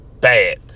bad